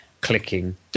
clicking